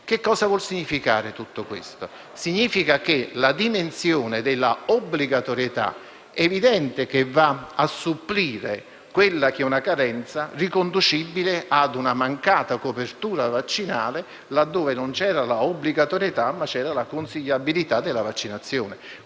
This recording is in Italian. Che cosa può significare tutto questo? Significa che la dimensione della obbligatorietà evidentemente va a supplire una carenza riconducibile a una mancata copertura vaccinale, laddove non c'era la obbligatorietà, ma solo la consigliabilità della vaccinazione.